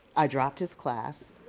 i dropped his class